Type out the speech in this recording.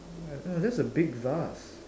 mm that's a big vase